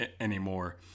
anymore